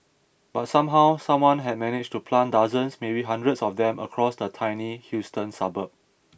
but somehow someone had managed to plant dozens maybe hundreds of them across the tiny Houston suburb